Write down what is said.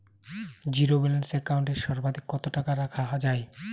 Zero balance account এ সর্বাধিক কত টাকা রাখা য়ায়?